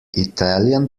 italian